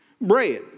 Bread